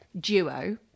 duo